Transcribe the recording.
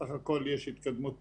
סך הכול יש התקדמות טובה.